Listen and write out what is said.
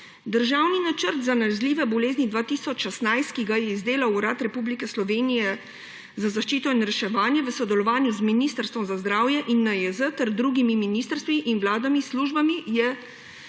»Državni načrt za nalezljive bolezni 2016, ki ga je izdelal Urad Republike Slovenije za zaščito in reševanje v sodelovanju z Ministrstvom za zdravje in NIJZ ter drugimi ministrstvi in vladnimi službami, je